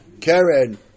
Karen